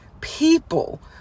people